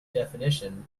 definition